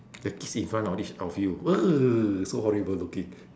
they kiss in front of this of you so horrible looking